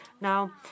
Now